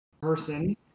person